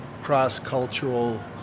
cross-cultural